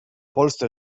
polsce